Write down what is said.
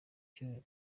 cyo